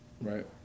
Right